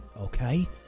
okay